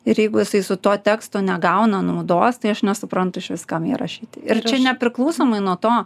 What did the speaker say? ir jeigu jisai su tuo tekstu negauna naudos tai aš nesuprantu išvis kam jį rašyti ir nepriklausomai nuo to